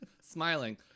smiling